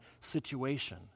situation